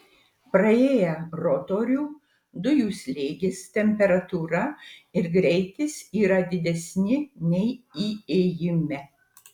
praėję rotorių dujų slėgis temperatūra ir greitis yra didesni nei įėjime